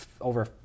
over